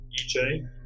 EJ